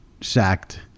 sacked